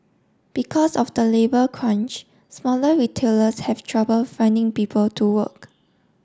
because of the labour crunch smaller retailers have trouble finding people to work